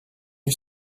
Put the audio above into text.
you